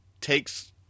takes